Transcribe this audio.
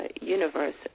universe